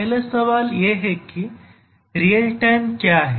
पहला सवाल यह है कि रियल टाइम क्या है